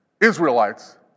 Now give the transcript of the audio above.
Israelites